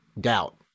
doubt